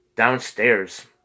downstairs